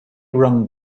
wrung